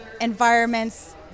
environments